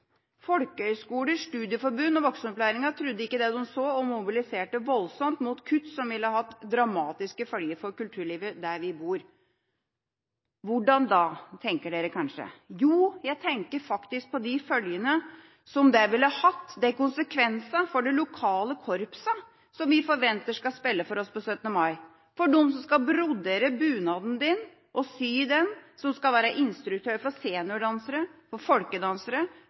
Folkehøgskoler, studieforbund og voksenopplæringen trodde ikke det de så, og mobiliserte voldsomt mot kutt som ville hatt dramatiske følger for kulturlivet der vi bor. Hvordan da, tenker dere kanskje? Jo, jeg tenker på de følgene, de konsekvensene, som det ville hatt for de lokale korpsene, som vi forventer skal spille for oss på 17. mai, for dem som skal brodere og sy bunaden vår, for dem som skal være instruktører for seniordansere, for folkedansere,